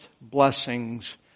blessings